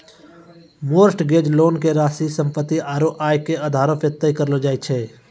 mortgage loan के राशि सम्पत्ति आरू आय के आधारो पे तय करलो जाय छै